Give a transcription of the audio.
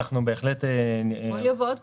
אנחנו בהחלט --- פוליו ועוד קבוצות.